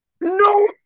no